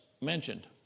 mentioned